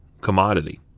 commodity